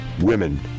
Women